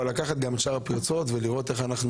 אבל צריך לקחת גם את שאר הפרצות בחשבון ולראות איך אנחנו